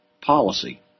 policy